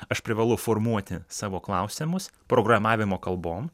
aš privalau formuoti savo klausimus programavimo kalbom